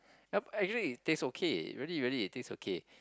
ya actually it taste okay really really it taste okay